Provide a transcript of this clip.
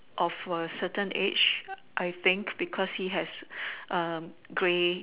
of a certain age I think because he has um grey